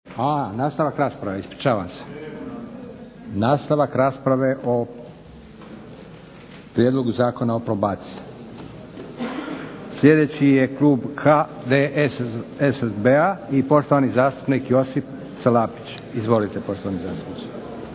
prema planu. **Leko, Josip (SDP)** Nastavak rasprave o prijedlogu Zakona o probaciji. Sljedeći je klub HDSSB-a i poštovani zastupnik Josip Salapić. Izvolite poštovani zastupniče.